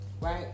Right